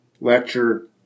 lecture